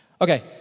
okay